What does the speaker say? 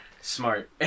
smart